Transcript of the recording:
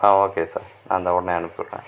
okay sir நான் இந்தா உடனேயே அனுப்பிவிடுறேன்